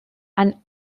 and